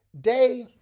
day